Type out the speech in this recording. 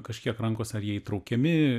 kažkiek rankose ar jie įtraukiami